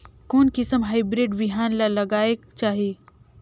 कोन किसम हाईब्रिड बिहान ला लगायेक चाही?